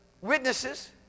witnesses